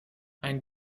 einen